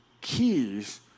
keys